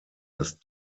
das